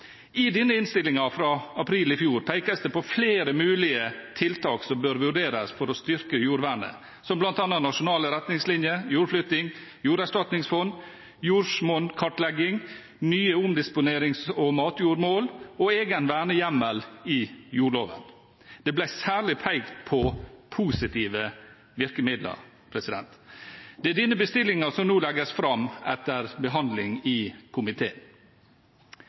I denne innstillingen fra april i fjor pekes det på flere mulige tiltak som bør vurderes for å styrke jordvernet, som bl.a. nasjonale retningslinjer, jordflytting, jorderstatningsfond, jordsmonnkartlegging, nye omdisponerings- og matjordmål og egen vernehjemmel i jordloven. Det ble særlig pekt på positive virkemidler. Det er denne bestillingen som nå legges fram, etter behandling i komiteen.